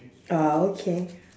uh okay